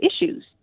issues